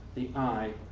the eye,